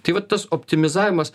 tai vat tas optimizavimas